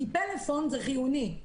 כי פלאפון זה חיוני.